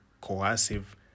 coercive